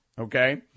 okay